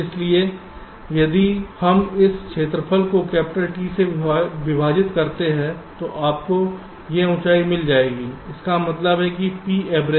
इसलिए यदि हम इस क्षेत्रफल को कैपिटल T से विभाजित करते हैं तो आपको यह ऊंचाई मिल जाएगी इसका मतलब है कि P average